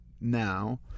now